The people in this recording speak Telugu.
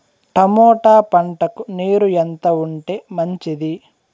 టమోటా పంటకు నీరు ఎంత ఉంటే మంచిది?